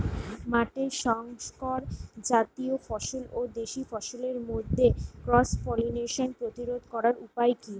মাঠের শংকর জাতীয় ফসল ও দেশি ফসলের মধ্যে ক্রস পলিনেশন প্রতিরোধ করার উপায় কি?